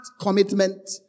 commitment